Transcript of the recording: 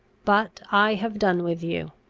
but i have done with you.